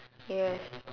yes